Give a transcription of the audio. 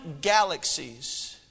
galaxies